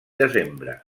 desembre